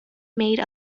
made